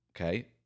Okay